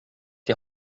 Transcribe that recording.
die